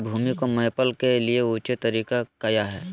भूमि को मैपल के लिए ऊंचे तरीका काया है?